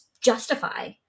justify